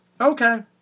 Okay